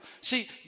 See